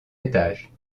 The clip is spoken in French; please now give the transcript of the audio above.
étage